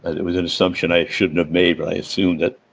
and it was an assumption i shouldn't have made, but i assumed it.